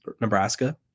Nebraska